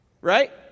Right